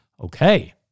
Okay